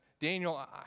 Daniel